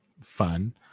fun